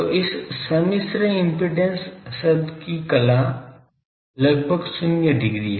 तो इस समिश्र इम्पीडेन्स शब्द की कला लगभग शून्य डिग्री है